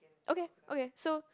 okay okay so